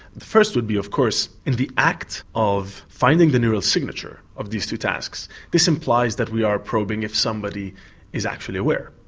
the first would be of course in the act of finding the neural signature of these two tasks, this implies that we are probing if somebody is actually aware.